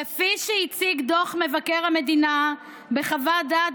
כפי שהציג דוח מבקר המדינה בחוות הדעת